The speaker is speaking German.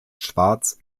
schwarz